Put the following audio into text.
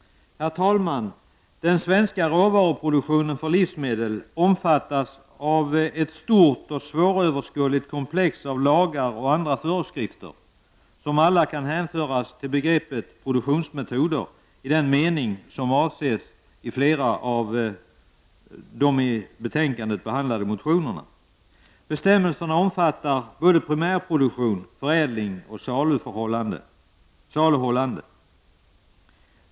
Herr talman! Den svenska råvaruproduktionen för livsmedel omfattas av ett stort och svåröverskådligt komplex av lagar och andra föreskrifter, som alla kan hänföras till begreppet produktionsmetoder i den mening som avses i flera av de i betänkandet behandlade motionerna. Bestämmelserna omfattar både primär produktion, förädling och saluhållande.